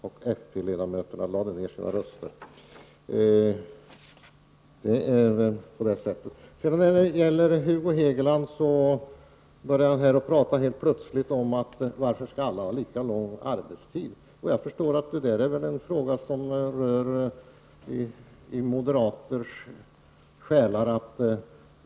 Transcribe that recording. Fp-ledamöterna lade ned sina röster. Hugo Hegeland börjar helt plötsligt prata om varför alla skall ha lika lång arbetstid. Jag förstår att det är en fråga som rör sig i moderaters själar.